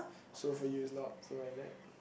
so for you it's not so like that